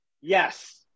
Yes